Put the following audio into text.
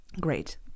great